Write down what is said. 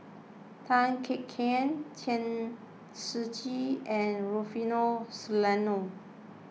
Tan Kek Hiang Chen Shiji and Rufino Soliano